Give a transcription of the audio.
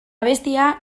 abestia